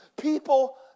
People